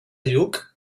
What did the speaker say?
lluc